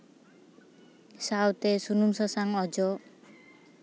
ᱥᱟᱶᱛᱮ ᱥᱩᱱᱩᱢ ᱥᱟᱥᱟᱝ ᱚᱡᱚᱜ